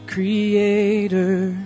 Creator